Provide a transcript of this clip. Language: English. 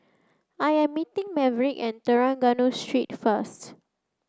I am meeting Maverick at Trengganu Street first